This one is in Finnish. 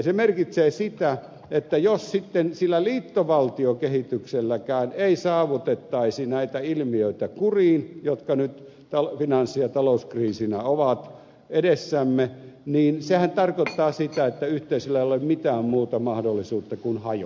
se merkitsee sitä että jos sitten sillä liittovaltiokehitykselläkään ei saataisi näitä ilmiöitä kuriin jotka nyt finanssi ja talouskriisinä ovat edessämme niin sehän tarkoittaa sitä että unionilla ei ole mitään muuta mahdollisuutta kuin hajota